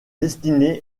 destiné